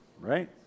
right